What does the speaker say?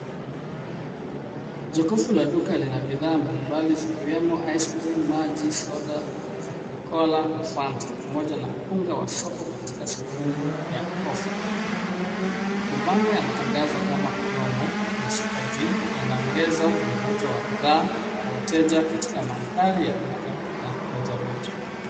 Jokofu la duka lina bidhaa mbalimbali zikiwemo ice cream , maji, soda za coca-cola na fanta pamoja na unga wa Soko katika sehemu ya ofa . Mabango ya matangazo kama Promo na super deal yanaongeza mvuto wa bidhaa kwa wateja katika mandhari ya duka la rejareja.